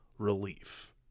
Relief